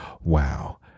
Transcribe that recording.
wow